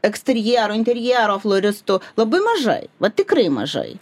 eksterjero interjero floristu labai mažai vat tikrai mažai